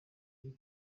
ribi